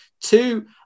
Two